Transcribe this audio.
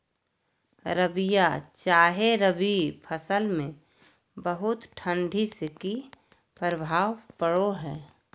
रबिया चाहे रवि फसल में बहुत ठंडी से की प्रभाव पड़ो है?